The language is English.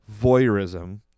voyeurism